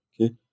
Okay